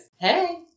hey